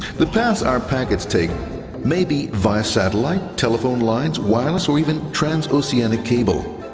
the path our packets take may be via satellite, telephone lines, wireless, or even transoceanic cable.